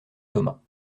thomas